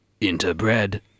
interbred